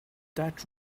that